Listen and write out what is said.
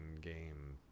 game